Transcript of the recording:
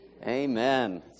amen